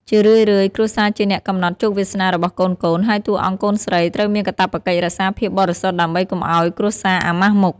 ជារឿយៗ គ្រួសារជាអ្នកកំណត់ជោគវាសនារបស់កូនៗ ហើយតួអង្គកូនស្រីត្រូវមានកាតព្វកិច្ចរក្សាភាពបរិសុទ្ធដើម្បីកុំឱ្យគ្រួសារអាម៉ាស់មុខ។